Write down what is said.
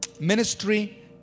Ministry